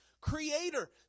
creator